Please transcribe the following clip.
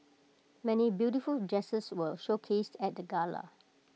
many beautiful dresses were showcased at the gala